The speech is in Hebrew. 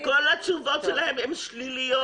התשובות שלהם הן שליליות.